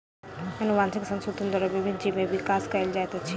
अनुवांशिक संशोधन द्वारा विभिन्न जीव में विकास कयल जाइत अछि